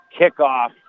kickoff